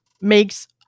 makes